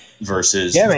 Versus